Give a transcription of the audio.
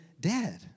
dead